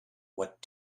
what